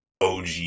OG